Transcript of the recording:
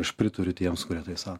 aš pritariu tiems kurie tai sako